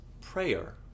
prayer